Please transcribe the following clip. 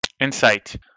Insight